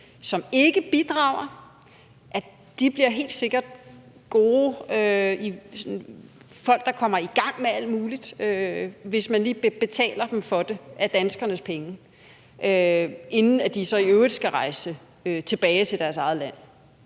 som ikke bidrager, helt sikkert bliver folk, der kommer i gang med alt muligt, hvis man lige betaler dem for det med danskernes penge, inden de så i øvrigt skal rejse tilbage til deres eget land.